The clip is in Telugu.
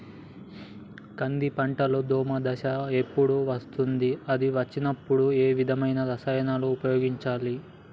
కంది పంటలో దోమ దశ ఎప్పుడు వస్తుంది అది వచ్చినప్పుడు ఏ విధమైన రసాయనాలు ఉపయోగించాలి?